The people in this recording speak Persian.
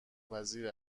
پذیر